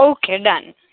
okay done